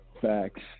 Facts